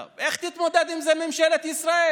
טוב, איך תתמודד עם זה ממשלת ישראל?